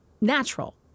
natural